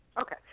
Okay